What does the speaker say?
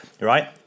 right